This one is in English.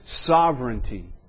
sovereignty